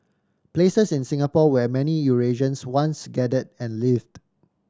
places in Singapore where many Eurasians once gathered and lived